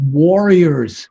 warriors